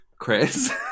Chris